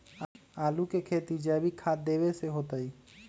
आलु के खेती जैविक खाध देवे से होतई?